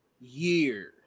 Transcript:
year